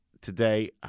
today